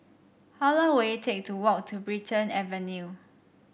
how long will it take to walk to Brighton Avenue